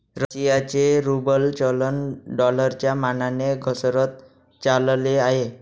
रशियाचे रूबल चलन डॉलरच्या मानाने घसरत चालले आहे